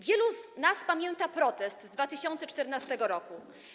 Wielu z nas pamięta protest z 2014 r.